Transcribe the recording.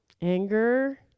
Anger